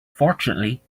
fortunately